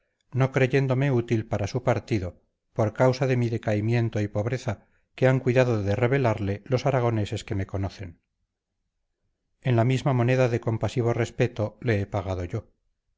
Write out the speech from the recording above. no creyéndome útil para su partido por causa de mi decaimiento y pobreza que han cuidado de revelarle los aragoneses que me conocen en la misma moneda de compasivo respeto le he pagado yo